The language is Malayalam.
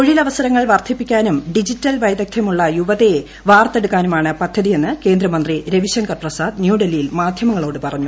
തൊഴിലവസരങ്ങൾ വർദ്ധിപ്പിക്കാനും ഡിജിറ്റൽ വൈദഗ്ദ്ധ്യമുള്ള യുവതയെ വാർത്തെടുക്കാനുമാണ് പദ്ധതിയെന്ന് കേന്ദ്രമന്ത്രി രവിശങ്കർ പ്രസാദ് ന്യൂഡൽഹിയിൽ മാധ്യമങ്ങളോട് പറഞ്ഞു